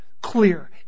clear